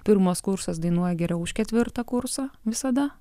pirmas kursas dainuoja geriau už ketvirtą kursą visada